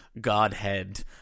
godhead